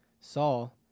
Saul